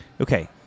Okay